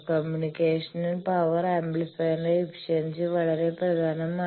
കമ്മ്യൂണിക്കേഷനിൽ power ആംപ്ലിഫയറിന്റെ efficiency വളരെ പ്രധാനമാണ്